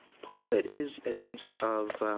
part of it is a sense of